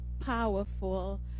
powerful